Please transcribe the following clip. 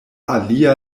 alia